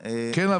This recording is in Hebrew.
כן,